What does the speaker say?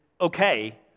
okay